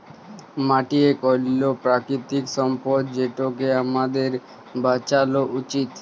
মাটি ইক অলল্য পেরাকিতিক সম্পদ যেটকে আমাদের বাঁচালো উচিত